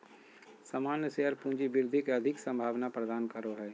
सामान्य शेयर पूँजी वृद्धि के अधिक संभावना प्रदान करो हय